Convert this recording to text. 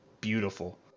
beautiful